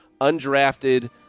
undrafted